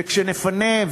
וכשנפנה,